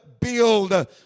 build